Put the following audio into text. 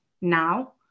now